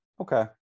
Okay